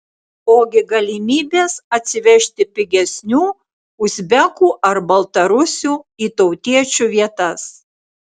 ogi galimybės atsivežti pigesnių uzbekų ar baltarusių į tautiečių vietas